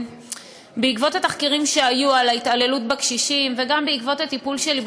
בעקבות התחקירים שהיו על ההתעללות בקשישים וגם בעקבות הטיפול שלי,